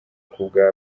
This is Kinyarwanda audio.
kubwa